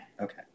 okay